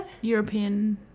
European